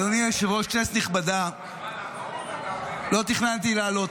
אדוני היושב-ראש, כנסת נכבדה, לא תכננתי לעלות.